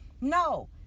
no